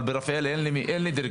אבל ברפאל אין לי דירקטוריון.